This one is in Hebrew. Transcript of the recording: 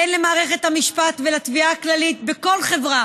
אין למערכת המשפט ולתביעה הכללית בכל חברה